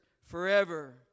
forever